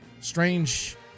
strange